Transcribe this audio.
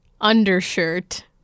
Undershirt